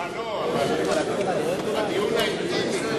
אמרת את זה בממשלה?